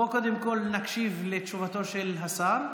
בואו קודם כול נקשיב לתשובתו של השר,